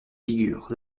figures